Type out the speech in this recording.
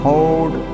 Hold